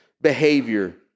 behavior